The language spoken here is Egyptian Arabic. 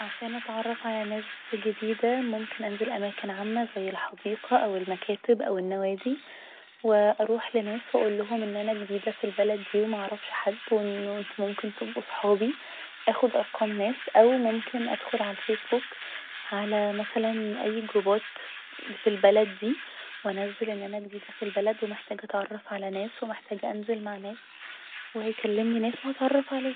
عشان أتعرف على ناس جديدة ممكن انزل أماكن عامة زي الحديقة او المكاتب او النوادي و اروح لناس و أقولهم ان جديدة في البلد دي و معرفش حد و انه انتو ممكن تبقوا صحابي اخد ارقام ناس او ممكن ادخل على الفيسبوك على مثلا اي جروبات في البلد دي و انزل ان أنا جديدة في البلد و محتاجة أتعرف على ناس و محتاجة انزل مع ناس و هيكلمني ناس و هتعرف عليهم